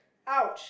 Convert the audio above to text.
!ouch!